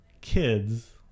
kids